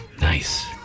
Nice